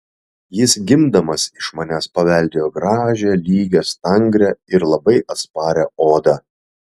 jis gimdamas iš manęs paveldėjo gražią lygią stangrią ir labai atsparią odą